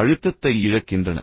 அழுத்தத்தை இழக்கின்றன